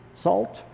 Salt